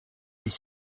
des